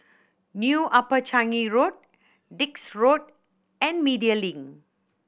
New Upper Changi Road Dix Road and Media Link